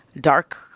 dark